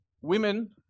women